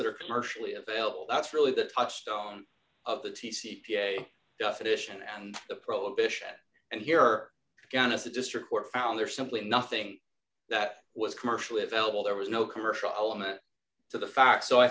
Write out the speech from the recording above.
that are commercially available that's really the touchstone of the t c p definition and the prohibition and here again as the district court found there simply nothing that was commercially available there was no commercial element to the facts so i